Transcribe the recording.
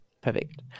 perfect